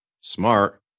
Smart